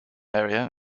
area